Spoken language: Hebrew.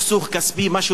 אבל בדרך כלל,